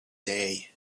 day